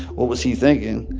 what was he thinking?